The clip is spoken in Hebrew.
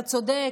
אתה צודק.